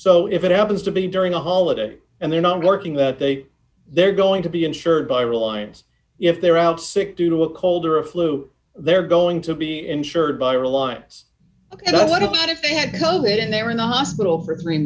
so if it happens to be during a holiday and they're not working that they they're going to be insured by reliance if they're out sick due to a cold or a flu they're going to be insured by reliance ok what about if they had come in there in the hospital for three